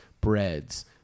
breads